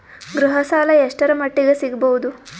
ಗೃಹ ಸಾಲ ಎಷ್ಟರ ಮಟ್ಟಿಗ ಸಿಗಬಹುದು?